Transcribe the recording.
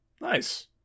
Nice